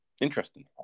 Interesting